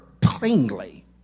plainly